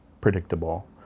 predictable